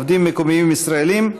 עובדים מקומיים ישראלים,